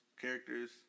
characters